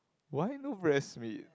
why no breast meat